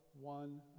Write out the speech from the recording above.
one